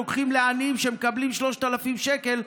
לוקחים לעניים שמקבלים 3,000 שקל,